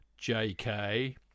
JK